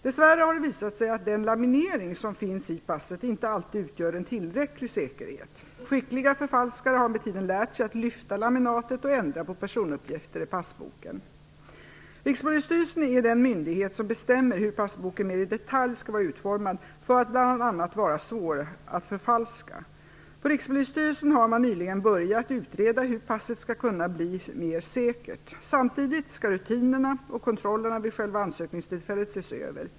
Dess värre har det visat sig att den laminering som finns i passet inte alltid utgör en tillräcklig säkerhet. Skickliga förfalskare har med tiden lärt sig att lyfta laminatet och ändra på personuppgifter i passboken. Rikspolisstyrelsen är den myndighet som bestämmer hur passboken mer i detalj skall vara utformad för att bl.a. vara svår att förfalska. På Rikspolisstyrelsen har man nyligen börjat utreda hur passet skall kunna bli mer säkert. Samtidigt skall rutinerna och kontrollerna vid själva ansökningstillfället ses över.